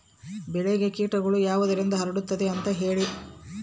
ಬೆಳೆಗೆ ಕೇಟಗಳು ಯಾವುದರಿಂದ ಹರಡುತ್ತದೆ ಅಂತಾ ಹೇಳಿ?